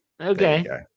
Okay